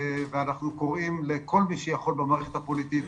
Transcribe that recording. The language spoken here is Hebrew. ואנחנו קוראים לכל מי שיכול במערכת הפוליטית,